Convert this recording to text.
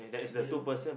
below